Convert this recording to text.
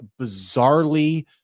bizarrely